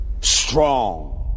strong